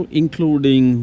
including